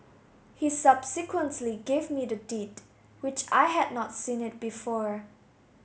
he subsequently gave me the Deed which I had not seen it before